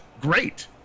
great